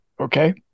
Okay